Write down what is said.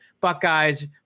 Buckeyes